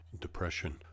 depression